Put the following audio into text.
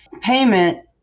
payment